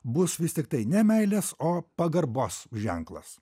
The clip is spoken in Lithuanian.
bus vis tiktai ne meilės o pagarbos ženklas